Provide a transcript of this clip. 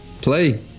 play